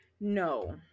No